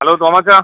hello തോമാച്ച